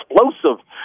explosive